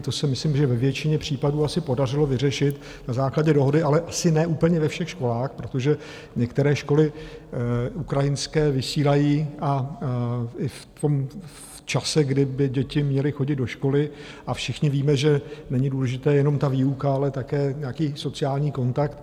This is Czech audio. To si myslím, že se ve většině případů asi podařilo vyřešit na základě dohody, ale asi ne úplně ve všech školách, protože některé školy ukrajinské vysílají i v čase, kdy by děti měly chodit do školy a všichni víme, že není důležitá jenom výuka, ale také nějaký sociální kontakt.